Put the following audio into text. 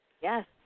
Yes